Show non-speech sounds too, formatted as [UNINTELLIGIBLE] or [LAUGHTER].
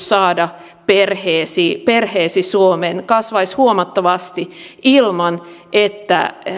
[UNINTELLIGIBLE] saada perheesi perheesi suomeen kasvaisi huomattavasti ilman että